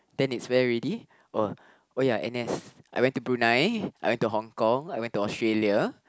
then it's where ready oh oh ya N_S I went to Brunei I went to Hong-Kong I went to Australia